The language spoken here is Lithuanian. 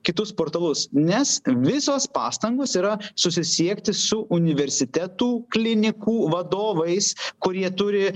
kitus portalus nes visos pastangos yra susisiekti su universitetų klinikų vadovais kurie turi